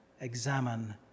examine